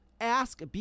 Ask